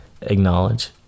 acknowledge